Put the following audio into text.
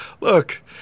look